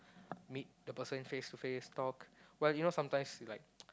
meet the person face to face talk but you know sometimes like